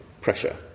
pressure